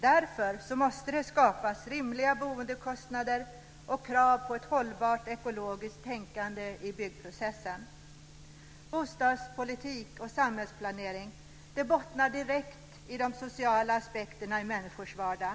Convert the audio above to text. Därför måste det skapas rimliga boendekostnader och krav på ett hållbart ekologiskt tänkande i byggprocessen. Bostadspolitik och samhällsplanering bottnar direkt i de sociala aspekterna i människors vardag.